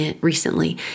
recently